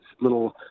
little